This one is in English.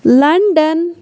London